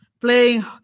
playing